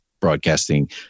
broadcasting